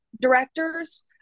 directors